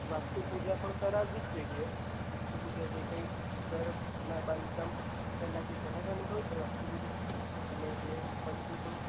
વાસ્તુ પૂજા પણ કરાવવી જ જોઈએ વાસ્તુ પૂજા જે કંઈ ઘરના બાંધકામ પહેલાં જે કરાવાની હોય છે વાસ્તુ પૂજા અને જે પછી પણ